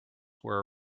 were